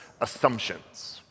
assumptions